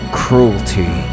cruelty